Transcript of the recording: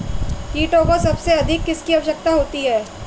कीटों को सबसे अधिक किसकी आवश्यकता होती है?